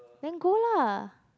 then go lah